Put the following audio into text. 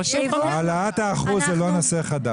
העלאת האחוז, זה לא נושא חדש.